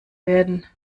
werden